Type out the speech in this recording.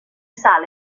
sale